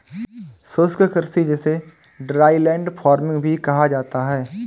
शुष्क कृषि जिसे ड्राईलैंड फार्मिंग भी कहा जाता है